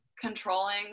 controlling